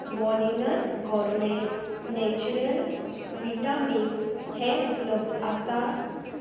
walnut gourmet natural vita mix हें उपलब्ध आसा